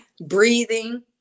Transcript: Breathing